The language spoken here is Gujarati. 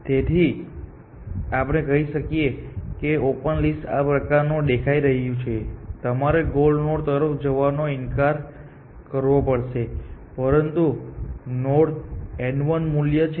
તેથી આપણે કહી શકીએ કે ઓપન લિસ્ટ આ પ્રકારનું દેખાઈ રહ્યું છે તમારે ગોલ નોડ તરફ જવાનો ઇનકાર કરવો પડશે પરંતુ નોડ n 1 g મૂલ્ય છે